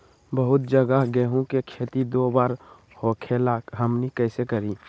बहुत जगह गेंहू के खेती दो बार होखेला हमनी कैसे करी?